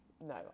no